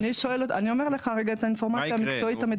אני אומר לך רגע את האינפורמציה המקצועית המדויקת.